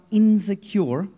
insecure